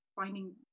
finding